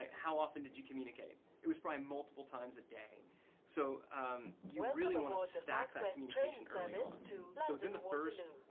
how often did you communicate? it was probably multiple times a day so you really wanna stack that communication early on so within the first